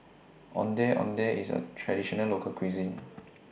Ondeh Ondeh IS A Traditional Local Cuisine